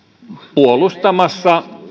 puolustamassa